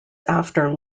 after